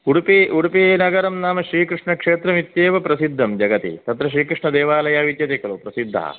उडुपि उडुपिनगरं नाम श्रीकृष्णक्षेत्रं इत्येव प्रसिद्धं जगति तत्र श्रीकृष्णदेवालयः विद्यते खलु प्रसिद्धः